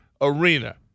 arena